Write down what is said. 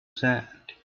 sand